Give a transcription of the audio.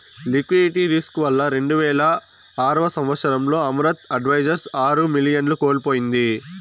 liquidity risk వల్ల రెండువేల ఆరవ సంవచ్చరంలో అమరత్ అడ్వైజర్స్ ఆరు మిలియన్లను కోల్పోయింది